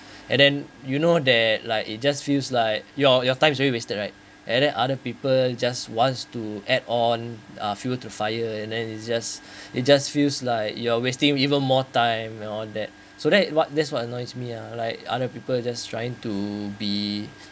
and then you know they're like it just feels like you're you're times really wasted right and then other people just wants to add on uh fuel to fire and then it just it just feels like you are wasting even more time and all that so that's what that's what annoys me uh like other people just trying to be